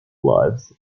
lives